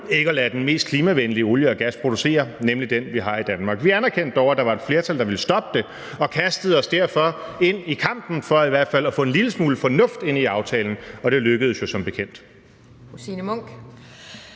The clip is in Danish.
ikke at lade den mest klimavenlige olie og gas producere, nemlig den, vi har i Danmark. Vi anerkendte dog, at der var et flertal, der ville stoppe det, og kastede os derfor ind i kampen for i hvert fald at få en lille smule fornuft ind i aftalen, og det lykkedes jo som bekendt.